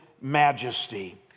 majesty